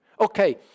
Okay